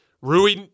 Rui